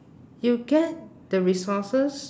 you get the resources